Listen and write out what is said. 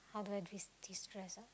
how do I de~ destress ah